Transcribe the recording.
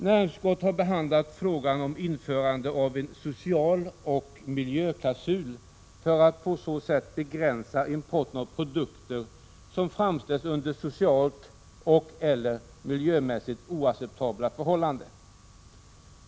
Näringsutskottet har behandlat frågan om införande av en socialoch miljöklausul för att på så sätt begränsa import av produkter som framställts under socialt och/eller miljömässigt oacceptabla förhållanden.